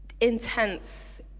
intense